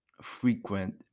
Frequent